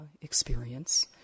experience